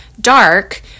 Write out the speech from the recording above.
dark